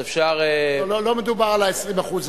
אז אפשר, לא, לא מדובר על ה-20% הזה.